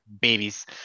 babies